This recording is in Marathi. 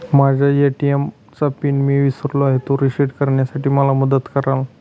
माझ्या ए.टी.एम चा पिन मी विसरलो आहे, तो रिसेट करण्यासाठी मला मदत कराल?